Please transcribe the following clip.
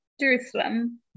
Jerusalem